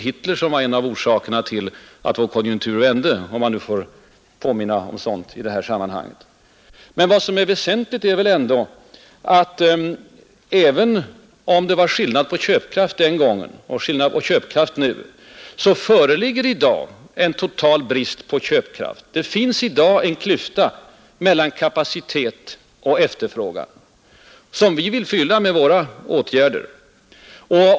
Hitler var alltså en av orsakerna till att vår konjunktur vände, vad man sedan än må tycka därom, Vad som är väsentligt är ändå att, även om man inte kan jämföra den enskildes köpkraft då och nu, det i dag föreligger en total brist på köpkraft. Det finns i dag en klyfta mellan kapacitet och efterfrågan som vi med våra stimulansåtgärder vill fylla igen.